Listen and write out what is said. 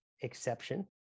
exception